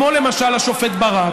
כמו למשל השופט ברק,